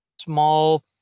small